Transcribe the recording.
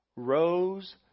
Rows